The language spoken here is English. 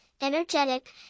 energetic